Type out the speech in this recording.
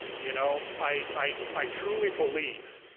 you know i truly believe,